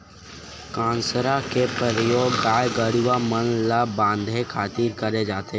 कांसरा के परियोग गाय गरूवा मन ल बांधे खातिर करे जाथे